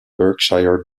berkshire